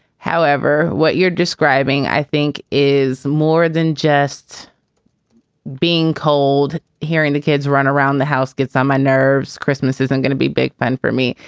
however, what you're describing i think is more than just being cold. hearing the kids run around the house gets on my nerves. christmas isn't gonna be big fun for me.